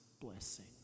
blessing